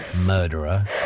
murderer